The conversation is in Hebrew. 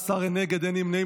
בעד 14, אין נגד, אין נמנעים.